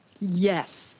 Yes